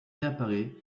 réapparaît